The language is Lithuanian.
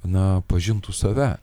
na pažintų save